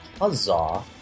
Huzzah